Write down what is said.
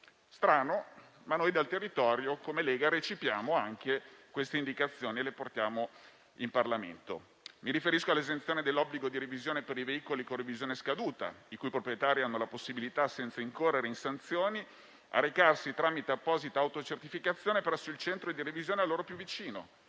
Strano. Ma noi del territorio, come Lega, recepiamo anche queste indicazioni e le portiamo in Parlamento. Mi riferisco inoltre all'esenzione dell'obbligo di revisione per i veicoli con revisione scaduta, i cui proprietari hanno la possibilità, senza incorrere in sanzioni, di recarsi tramite apposita autocertificazione presso il centro di revisione a loro più vicino;